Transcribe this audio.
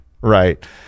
Right